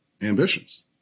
ambitions